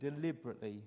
deliberately